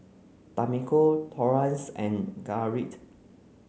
Tamiko Torrance and Garrett